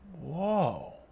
whoa